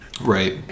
right